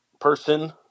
person